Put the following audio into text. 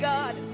God